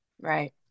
Right